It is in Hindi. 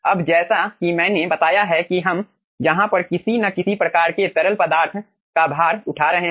अब जैसा कि मैंने बताया है कि हम यहाँ पर किसी न किसी प्रकार के तरल पदार्थ का भार उठा रहे हैं